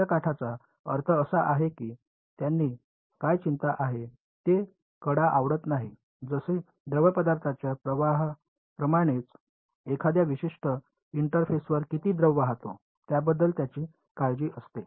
त्यांच्या काठाचा अर्थ असा आहे की त्यांना काय चिंता आहे ते कडा आवडत नाहीत जसे द्रवपदार्थाच्या प्रवाहाप्रमाणेच एखाद्या विशिष्ट इंटरफेसवर किती द्रव वाहतो याबद्दल त्यांना काळजी असते